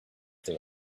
they